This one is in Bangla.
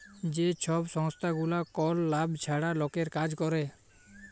যে ছব সংস্থাগুলা কল লাভ ছাড়া লকের কাজ ক্যরে